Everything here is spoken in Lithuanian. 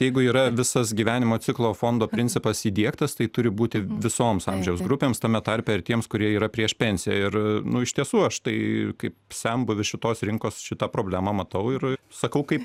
jeigu yra visas gyvenimo ciklo fondo principas įdiegtas tai turi būti visoms amžiaus grupėms tame tarpe ir tiems kurie yra prieš pensiją ir nu iš tiesų aš tai kaip senbuvis šitos rinkos šitą problemą matau ir ir sakau kaip